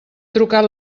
trucat